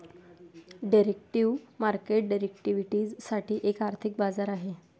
derivative market derivatives साठी एक आर्थिक बाजार आहे